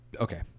okay